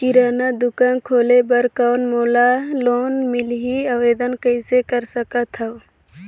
किराना दुकान खोले बर कौन मोला लोन मिलही? आवेदन कइसे कर सकथव?